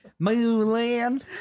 mulan